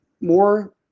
more